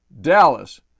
Dallas